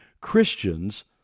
Christians